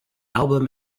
album